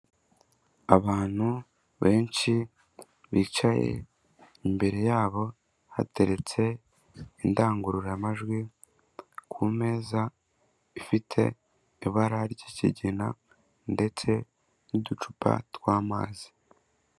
Abantu benshi bicaye, imbere yabo hateretse indangururamajwi ku meza ifite ibara ry'kigina ndetse n'uducupa tw'amazi.